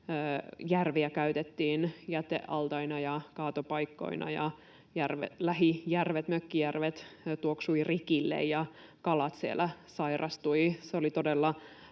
järviä käytettiin jätealtaina ja kaatopaikkoina ja lähijärvet, mökkijärvet tuoksuivat rikille ja kalat siellä sairastuivat.